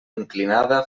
inclinada